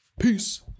peace